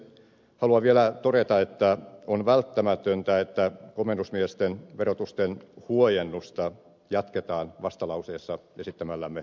haluan vielä todeta että on välttämätöntä että komennusmiesten verotuksen huojennusta jatketaan vastalauseessa esittämällämme tavalla